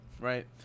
Right